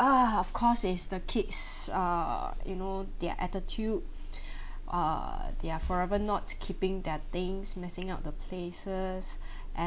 uh of course is the kids uh you know their attitude uh they're forever not keeping their things messing out the places